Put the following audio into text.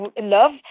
love